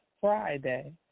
Friday